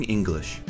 English